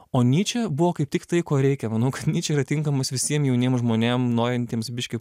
o nyčė buvo kaip tik tai ko reikia manau kad nyčė yra tinkamas visiem jauniem žmonėm norintiems biškį